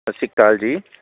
ਸਤਿ ਸ਼੍ਰੀ ਅਕਾਲ ਜੀ